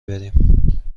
بریم